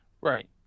Right